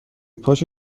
پاشو